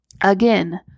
Again